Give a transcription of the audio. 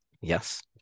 Yes